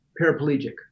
paraplegic